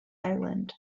island